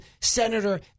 Senator